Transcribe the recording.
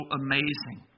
amazing